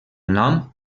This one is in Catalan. nom